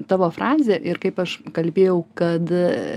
tavo frazę ir kaip aš kalbėjau kad